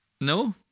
No